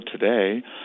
today